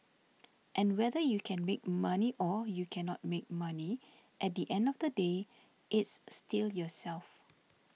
and whether you can make money or you cannot make money at the end of the day it's still yourself